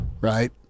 right